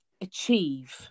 achieve